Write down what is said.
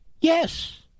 Yes